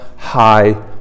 high